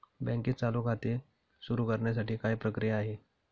बँकेत चालू खाते सुरु करण्यासाठी काय प्रक्रिया आहे?